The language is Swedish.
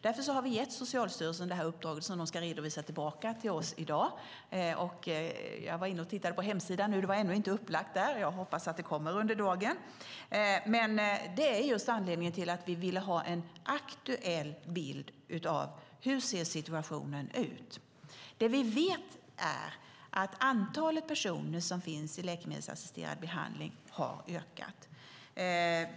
Därför har vi gett Socialstyrelsen detta uppdrag som ska redovisas i dag. Jag var inne och tittade på hemsidan, men rapporten hade ännu inte lagts ut där. Jag hoppas att den kommer under dagen. Det är anledningen till att vi vill ha en aktuell bild av hur situationen ser ut. Vi vet att antalet personer som finns med i läkemedelsassisterad behandling har ökat.